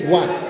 one